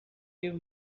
give